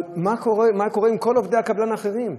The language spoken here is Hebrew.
אבל מה קורה עם כל עובדי הקבלן האחרים,